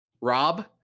Rob